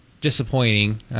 disappointing